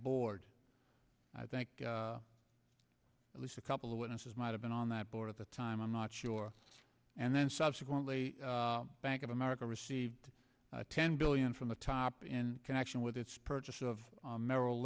board i think at least a couple of witnesses might have been on that board at the time i'm not sure and then subsequently bank of america received ten billion from the top in connection with its purchase of merrill